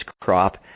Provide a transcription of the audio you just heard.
crop